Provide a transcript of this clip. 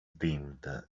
dimmed